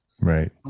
Right